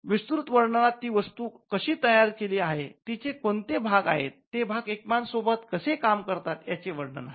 विस्तृत वर्णनात ती वस्तू कशी तयार केली आहे तिचे कोणते भाग आहेत ते भाग एकमेकांसोबत कसे काम करतात यांचे वर्णन आहे